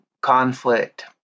conflict